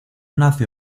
nació